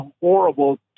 horrible